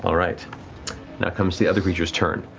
all right. now comes the other creature's turn.